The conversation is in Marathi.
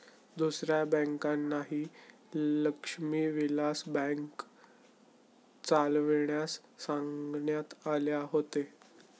दुसऱ्या बँकांनाही लक्ष्मी विलास बँक चालविण्यास सांगण्यात आले होते